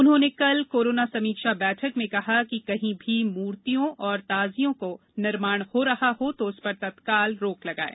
उन्होंने कल कोरोना समीक्षा बैठक में कहा कि कहीं भी मूर्तियों और ताजियों को निर्माण हो रहा हो तो उस पर तत्काल रोक लगाये